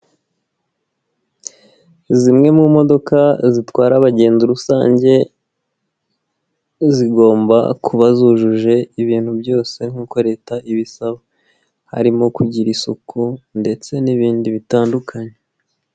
Zimwe mu modoka zitwara abagenzi rusange zigomba kuba zujuje ibintu byose nk'uko Leta ibisaba, harimo kugira isuku ndetse n'ibindi bitandukanye.